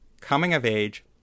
coming-of-age